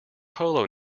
polo